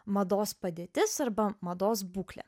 mados padėtis arba mados būklė